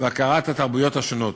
והכרת התרבויות השונות.